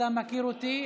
אתה מכיר אותי,